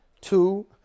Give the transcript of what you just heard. two